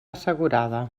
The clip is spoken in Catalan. assegurada